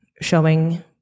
showing